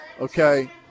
Okay